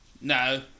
No